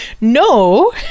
No